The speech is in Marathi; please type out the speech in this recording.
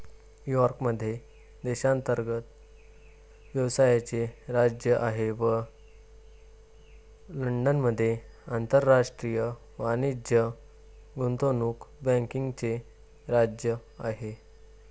न्यूयॉर्क मध्ये देशांतर्गत व्यवसायाचे राज्य आहे व लंडनमध्ये आंतरराष्ट्रीय वाणिज्य गुंतवणूक बँकिंगचे राज्य आहे